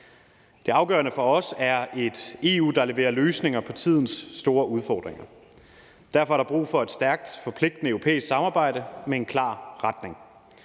Det afgørende for os er et EU, der leverer løsninger på tidens store udfordringer. Derfor er der brug for et stærkt, forpligtende europæisk samarbejde med en klar retning,